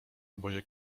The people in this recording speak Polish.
obozie